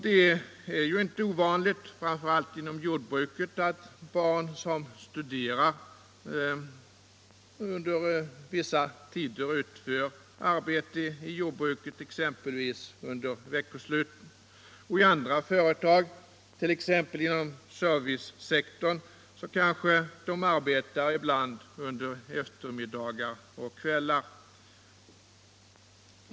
Det är ju inte ovanligt, framför allt inom jordbruket, att barn — Avveckling av s.k. som studerar under vissa tider utför arbete i jordbruket, exempelvis under = faktisk sambeskattveckosluten. I andra företag, t.ex. inom servicesektorn, kanske barn = ning ibland arbetar under eftermiddagar och kvällar.